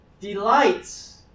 delights